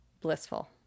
blissful